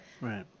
right